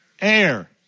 air